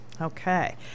Okay